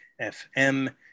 FM